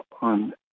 on